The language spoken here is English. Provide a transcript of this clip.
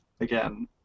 again